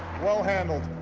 well handled.